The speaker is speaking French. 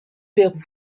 pérou